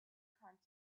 content